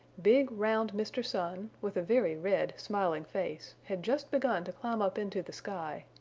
big, round mr. sun, with a very red, smiling face, had just begun to climb up into the sky.